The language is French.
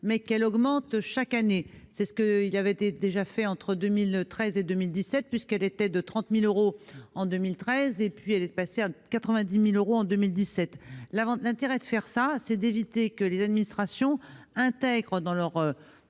mais qu'elle augmente chaque année. C'est ce qui avait déjà été fait entre 2013 et 2017, puisqu'elle était de 30 000 euros en 2013, contre 90 000 euros en 2017. L'intérêt d'une telle mesure est d'éviter que les administrations n'intègrent dans leurs